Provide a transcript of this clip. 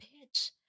pitch